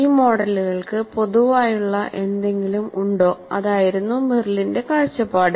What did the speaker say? ഈ മോഡലുകൾക്ക് പൊതുവായുള്ള എന്തെങ്കിലും ഉണ്ടോ അതായിരുന്നു മെറിലിന്റെ കാഴ്ചപ്പാട്